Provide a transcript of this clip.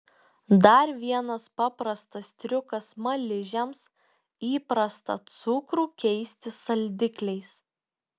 dar vienas paprastas triukas smaližiams įprastą cukrų keisti saldikliais